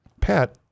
Pat